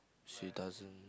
she doesn't